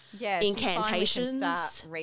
incantations